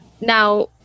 Now